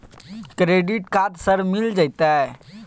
Credit card sir मिल जेतै?